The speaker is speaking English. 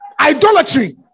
idolatry